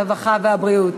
הרווחה והבריאות